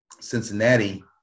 Cincinnati